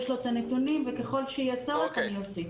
יש לו את הנתונים, וככל שיהיה צורך אני אוסיף.